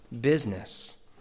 business